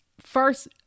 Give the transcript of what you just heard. first